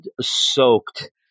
soaked